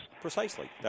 Precisely